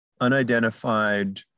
unidentified